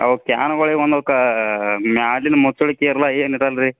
ಅವು ಕ್ಯಾನ್ಗಳಿಗೆ ಒಂದಕ್ಕು ಮೇಲಿನ ಮುಚ್ಚಳ್ಕೆ ಇರಲ್ಲ ಏನೂ ಇರಲ್ಲ ರೀ